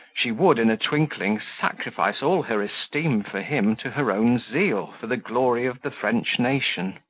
she would, in a twinkling, sacrifice all her esteem for him to her own zeal for the glory of the french nation.